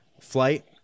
flight